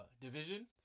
Division